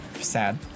Sad